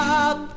up